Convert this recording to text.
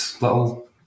little